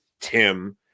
Tim